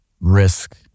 risk